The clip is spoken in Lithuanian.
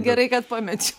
gerai kad pamečiau